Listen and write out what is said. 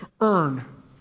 earn